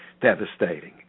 devastating